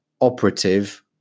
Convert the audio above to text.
operative